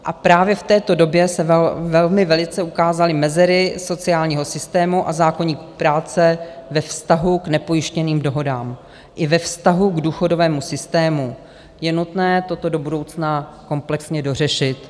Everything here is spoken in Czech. A právě v této době se velmi velice ukázaly mezery sociálního systému a zákoník práce ve vztahu k nepojištěným dohodám i ve vztahu k důchodovému systému je nutné toto do budoucna komplexně dořešit.